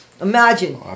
Imagine